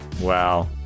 Wow